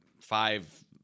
five –